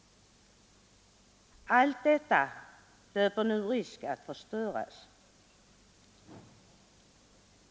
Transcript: Allt detta löper nu risk att förstöras.